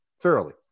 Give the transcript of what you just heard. thoroughly